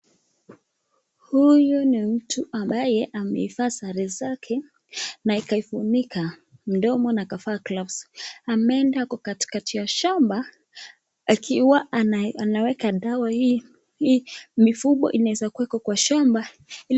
Huyu ni mtu ambaye ameivaa sare zake na akaifunika mdomo na akavaa glavsi, ameenda ako katikati ya shamba akiwa anaweka dawa hii mifugo inaweza kuwa iko kwa shamba...